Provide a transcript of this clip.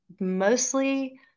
mostly